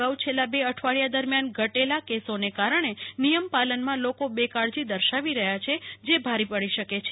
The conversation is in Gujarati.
કચ્છમાં અગાઉ છેલ્લા બે અઠવાડીયા દરમિયાન ઘટેલા કેસોને કારણે નિયમ પાલનમાં લોકો બેકાળજી દર્શાવી રહ્યા છે જે ભારે પડી શકે છે